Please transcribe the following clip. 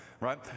Right